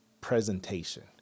presentation